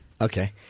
Okay